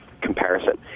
comparison